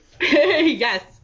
yes